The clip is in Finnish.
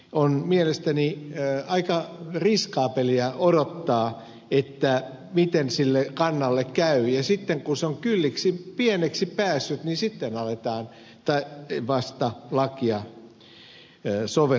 on mielestäni aika riskaabelia odottaa miten sille kannalle käy ja sitten kun se on kyllin pieneksi päässyt niin sitten aletaan vasta lakia soveltaa